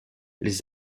les